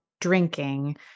drinking